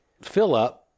fill-up